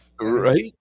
right